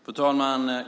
Fru talman!